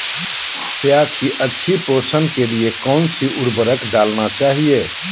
प्याज की अच्छी पोषण के लिए कौन सी उर्वरक डालना चाइए?